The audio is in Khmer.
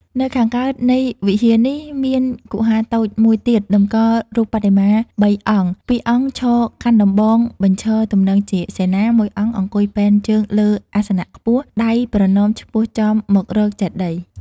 នៅខាងកើតនៃវិហារនេះ មានគុហាតូចមួយទៀតតម្កល់រូបបដិមាបីអង្គ ពីរអង្គឈរកាន់ដំបងបញ្ឈរទំនងជាសេនា មួយអង្គអង្គុយពែនជើងលើអាសនៈខ្ពស់ ដៃប្រណម្យឆ្ពោះចំមករកចេតិយ ។